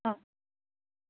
অঁ